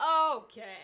Okay